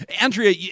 Andrea